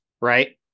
right